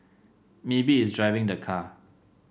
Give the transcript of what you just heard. maybe it's driving the car